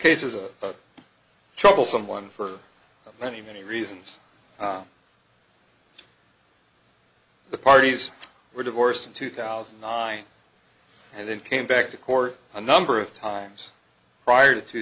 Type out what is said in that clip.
case is a troublesome one for many many reasons the parties were divorced in two thousand and nine and then came back to court a number of times prior to two